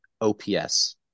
OPS